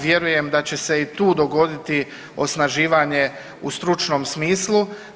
Vjerujem da će se i tu dogoditi osnaživanje u stručnom smislu.